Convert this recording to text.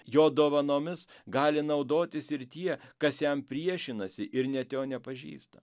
jo dovanomis gali naudotis ir tie kas jam priešinasi ir net jo nepažįsta